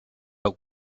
but